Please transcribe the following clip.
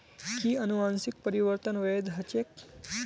कि अनुवंशिक परिवर्तन वैध ह छेक